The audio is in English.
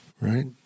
right